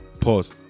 Pause